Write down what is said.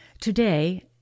Today